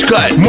Cut